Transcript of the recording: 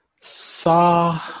saw